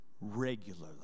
regularly